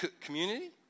community